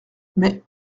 mais